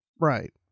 Right